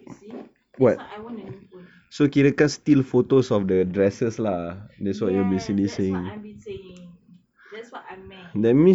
you see that's why I want a new phone yes that's what I been saying that's what I meant